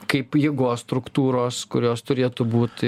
kaip jėgos struktūros kurios turėtų būti